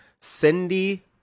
Cindy